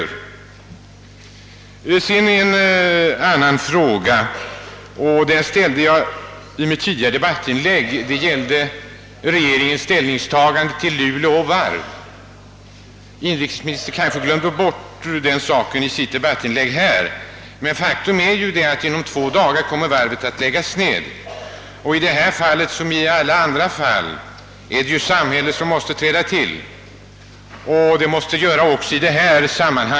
Sedan vill jag beröra en annan fråga som jag ställde i mitt tidigare debattinlägg: Den gällde regeringens ställningstagande till Luleå Varv. Inrikesministern kanske glömde bort den saken i sitt debattinlägg, men faktum är att varvet redan inom två dagar kommer att läggas ned. I detta fall liksom i alla andra fall är det samhället som måste träda till.